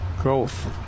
growth